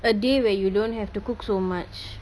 a day where you don't have to cook so much